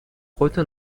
خودتو